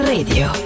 Radio